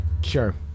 Sure